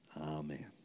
Amen